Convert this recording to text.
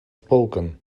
spoken